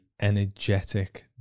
energetic